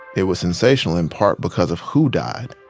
it was sensational in part because of who died